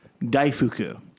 Daifuku